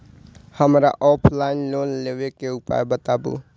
हमरा offline loan लेबे के उपाय बतबु?